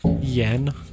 Yen